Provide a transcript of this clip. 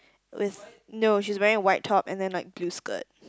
with no she's wearing white top and then like blue skirt